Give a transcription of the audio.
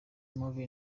marvin